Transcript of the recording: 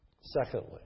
Secondly